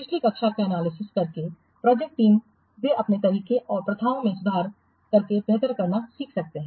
पिछली गलतियों का एनालिसिस करके प्रोजेक्ट टीम वे अपने तरीकों और प्रथाओं में सुधार करके बेहतर करना सीख सकते हैं